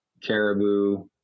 caribou